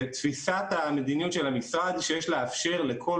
ותפיסת המדיניות של המשרד שיש לאפשר לכל